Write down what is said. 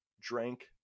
drank